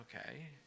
Okay